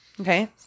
Okay